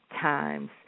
times